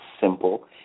simple